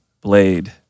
Blade